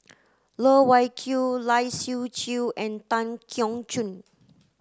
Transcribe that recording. Loh Wai Kiew Lai Siu Chiu and Tan Keong Choon